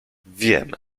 wiem